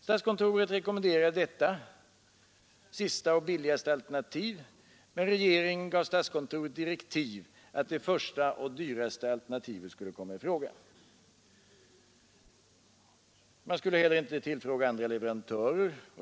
Statskontoret rekommenderade detta sista och billigaste alternativ, men regeringen gav statskontoret direktiv att det första alternativet skulle komma i fråga. Man skulle heller inte tillfråga andra leverantörer.